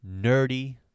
nerdy